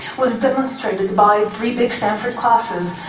was demonstrated by three big stanford classes,